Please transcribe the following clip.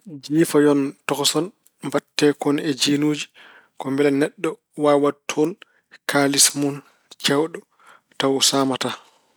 Jiifayon tokosen mbaɗtegon e jinuuji ko mbele neɗɗo waawa waɗde toon kaalis mun ceewɗo tawa saamataa.